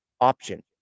option